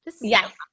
Yes